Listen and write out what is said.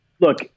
Look